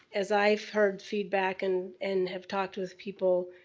as i've heard feedback and and have talked with people,